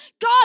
God